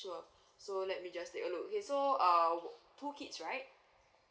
sure so let me just take a look okay so err two kids right